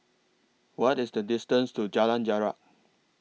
What IS The distance to Jalan Jarak